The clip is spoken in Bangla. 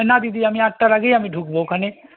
না দিদি আমি আটটার আগেই আমি ঢুকবো ওখানে